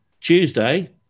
Tuesday